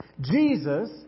Jesus